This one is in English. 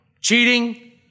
cheating